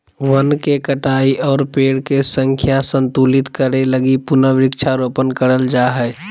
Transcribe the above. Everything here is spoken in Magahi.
वन के कटाई और पेड़ के संख्या संतुलित करे लगी पुनः वृक्षारोपण करल जा हय